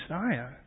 Messiah